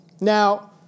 Now